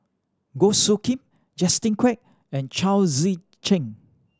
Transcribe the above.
Goh Soo Khim Justin Quek and Chao Tzee Cheng